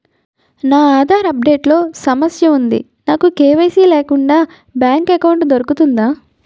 నా Aadhaar update లో సమస్య వుంది నాకు కే.వై.సీ లేకుండా బ్యాంక్ ఎకౌంట్దొ రుకుతుందా?